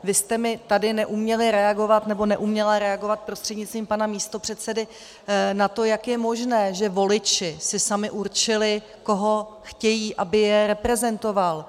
Vy jste mi tady neuměli reagovat, nebo neuměla reagovat prostřednictvím pana místopředsedy na to, jak je možné, že voliči si sami určili, koho chtějí, aby je reprezentoval.